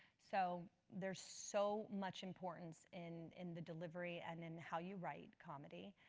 so, there's so much importance in in the deliver and in how you write comedy.